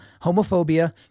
homophobia